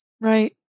right